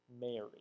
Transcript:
Mary